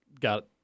got